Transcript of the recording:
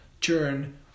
turn